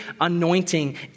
anointing